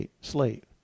Slate